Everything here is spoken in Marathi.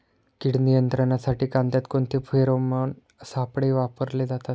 कीड नियंत्रणासाठी कांद्यात कोणते फेरोमोन सापळे वापरले जातात?